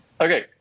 Okay